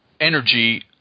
energy